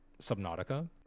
Subnautica